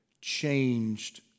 changed